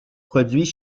produits